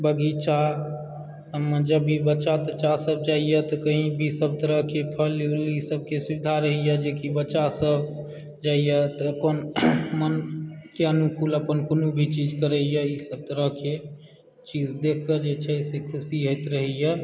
बगीचा एहिमे जब भी बच्चा तच्चा सब भी जाइए कही भी सब तरह के फल ऊल ई सब के सुविधा रहैया जेकी बच्चा सब जाइया तऽ अपन मन के अनुकूल अपन कोनो भी चीज करैया ई सब तरह के चीज देख कऽ जे छै से खुशी होइत रहैया